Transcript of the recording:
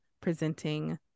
presenting